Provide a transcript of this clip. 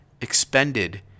expended